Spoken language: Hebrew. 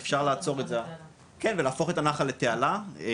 להפוך את הנחל לתעלה.